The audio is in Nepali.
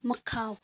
मकाव